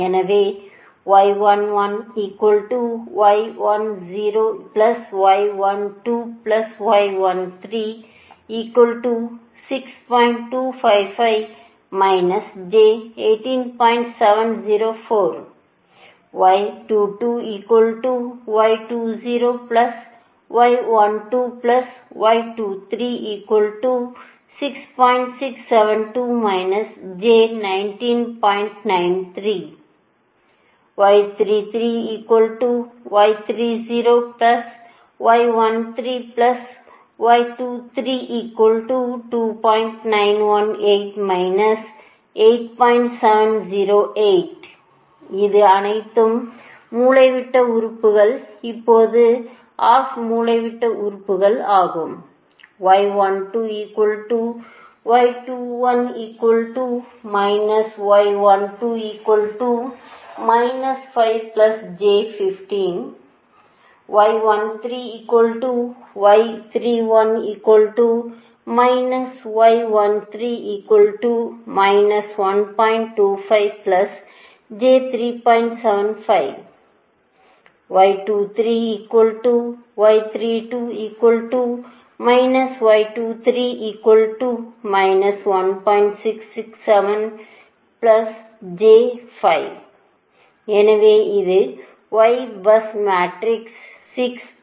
எனவே எனவே இது அனைத்தும் மூலைவிட்ட உறுப்புகள் இப்போது ஆஃப் மூலைவிட்ட உறுப்புகள்ஆகும் எனவே இந்த Y பஸ் மேட்ரிக்ஸ் 6